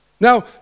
Now